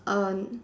err